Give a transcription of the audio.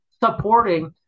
supporting